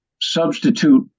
substitute